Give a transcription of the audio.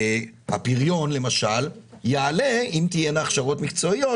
שהפריון יעלה אם תהיינה הכשרות מקצועיות